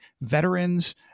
veterans